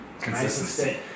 consistency